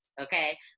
Okay